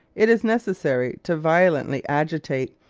it is necessary to violently agitate,